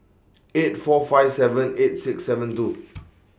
eight four five seven eight six seven two